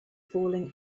falling